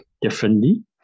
differently